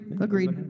agreed